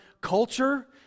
culture